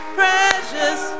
precious